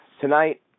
tonight